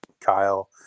Kyle